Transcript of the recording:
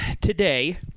today